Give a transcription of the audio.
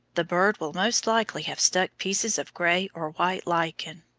the bird will most likely have stuck pieces of grey or white lichen.